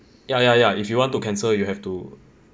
ya ya ya if you want to cancel you have to